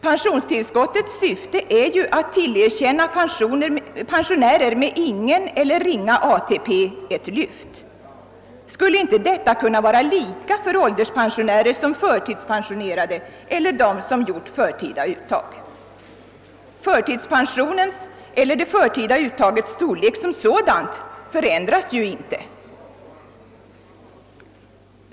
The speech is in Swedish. Pensionstillskottens syfte är att pensionärer med ingen eller ringa ATP skall tillerkännas ett inkomstlyft. Skulle inte detta kunna vara lika för ålderspensionärer som för förtidspensionerade och för dem som gjort förtida uttag? Det förtida uttagets storlek som sådant förändras ju inte.